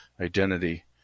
identity